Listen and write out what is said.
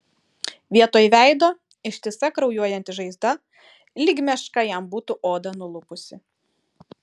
vietoj veido ištisa kraujuojanti žaizda lyg meška jam būtų odą nulupusi